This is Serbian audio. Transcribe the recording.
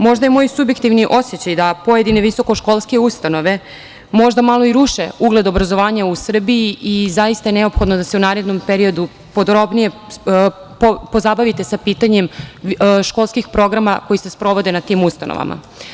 Možda je moj subjektivni osećaj da pojedine visokoškolske ustanove možda malo i ruše ugled obrazovanja u Srbiji i zaista je neophodno da se u narednom periodu podrobnije pozabavite sa pitanjem školskih programa koji se sprovode na tim ustanovama.